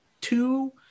two